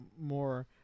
more